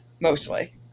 mostly